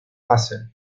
kassel